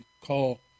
call